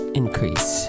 increase